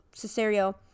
Cesario